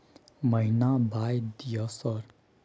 महीना बाय दिय सर?